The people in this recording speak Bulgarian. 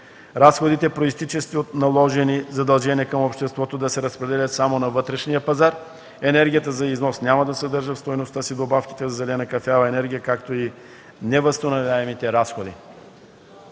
разходите, произтичащи от наложени задължения към обществото, да се разпределят само на вътрешния пазар; енергията за износ няма да съдържа в стойността си добавките за зелена и кафява енергия, както и невъзстановяемите разходи;